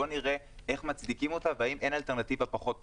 בואו נראה איך מצדיקים אותה והאם אין אלטרנטיבה פחות פוגענית.